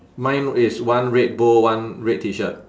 mine is one red bow one red T shirt